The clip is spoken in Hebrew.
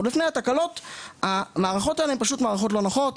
עוד לפני התקלות המערכות האלה הן פשוט מערכות לא נוחות.